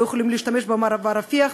לא יכולים להשתמש במעבר רפיח,